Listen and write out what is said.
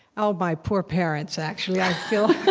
oh, my poor parents, actually. i